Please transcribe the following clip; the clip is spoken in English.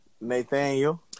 Nathaniel